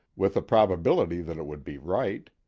with a probability that it would be right.